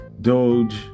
Doge